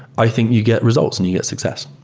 i think you get results and you get success.